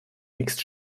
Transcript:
mixed